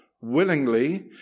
willingly